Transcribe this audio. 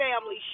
family